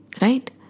Right